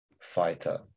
fighter